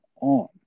on